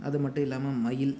அதுமட்டும் இல்லாமல் மயில்